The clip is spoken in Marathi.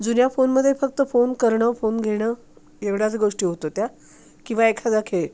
जुन्या फोनमध्ये फक्त फोन करणं फोन घेणं एवढ्याच गोष्टी होत होत्या किंवा एखादा खेळ